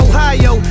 Ohio